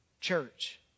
church